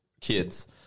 kids